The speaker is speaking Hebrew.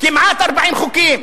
ערבים ויהודים,